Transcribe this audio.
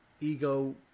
ego